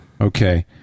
Okay